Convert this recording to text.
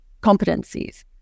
competencies